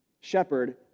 shepherd